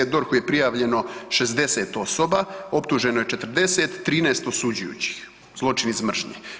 DORH-u je prijavljeno 60 osoba, optuženo je 40, 13 osuđujućih zločin iz mržnje.